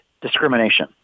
discrimination